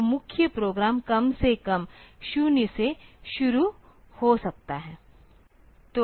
तो मुख्य प्रोग्राम कम से कम 0 से शुरू हो सकता है